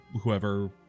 whoever